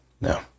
no